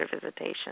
visitation